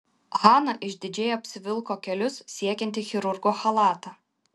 hana išdidžiai apsivilko kelius siekiantį chirurgo chalatą